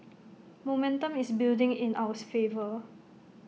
momentum is building in ours favour